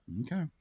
okay